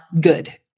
good